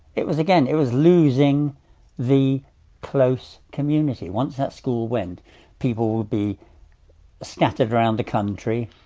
it was again it was losing the close community, once that school went people would be scattered round the country.